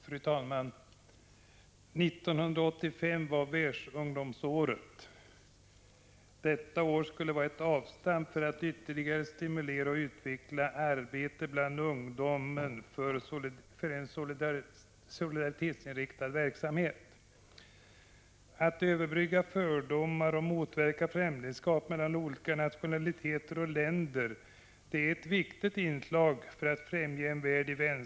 Fru talman! 1985 var Världsungdomsåret. Detta år skulle vara ett avstamp för att ytterligare stimulera och utveckla arbete bland ungdomen för solidaritetsinriktad verksamhet. Att överbrygga fördomar och motverka främlingskap mellan olika nationaliteter och länder är ett viktigt inslag i arbetet för att främja en värld i Prot.